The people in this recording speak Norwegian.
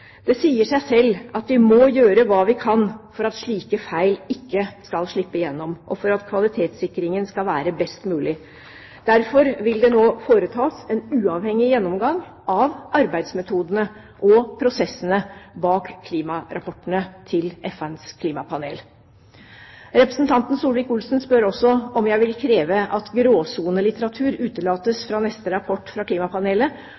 Det sier seg selv at vi må gjøre hva vi kan for at slike feil ikke skal slippe gjennom, og for at kvalitetssikringen skal være best mulig. Derfor vil det nå foretas en uavhengig gjennomgang av arbeidsmetodene og prosessene bak klimarapportene til FNs klimapanel. Representanten Solvik-Olsen spør også om jeg vil kreve at gråsonelitteratur utelates fra neste rapport fra klimapanelet, og om jeg vil kreve at klimapanelet